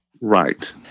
Right